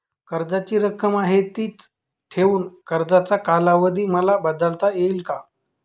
कर्जाची रक्कम आहे तिच ठेवून कर्जाचा कालावधी मला बदलता येईल का?